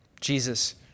Jesus